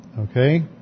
Okay